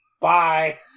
Bye